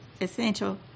essential